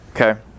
Okay